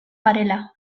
garela